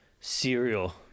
cereal